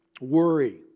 worry